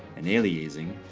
and aliasing,